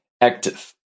active